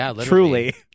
truly